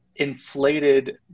inflated